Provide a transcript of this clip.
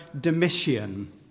Domitian